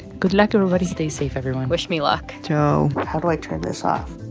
good luck, everybody stay safe, everyone wish me luck ciao how do i turn this off?